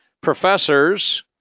professors